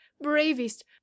bravest